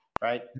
right